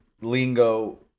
lingo